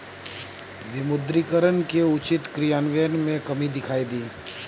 विमुद्रीकरण के उचित क्रियान्वयन में कमी दिखाई दी